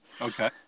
Okay